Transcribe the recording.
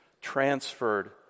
transferred